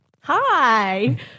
Hi